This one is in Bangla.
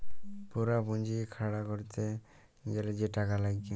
পুরা পুঁজি খাড়া ক্যরতে গ্যালে যে টাকা লাগ্যে